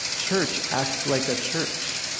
church, act like a church.